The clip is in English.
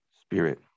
spirit